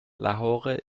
lahore